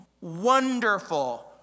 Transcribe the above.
wonderful